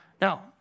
Now